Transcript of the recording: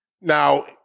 now